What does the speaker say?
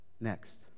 Next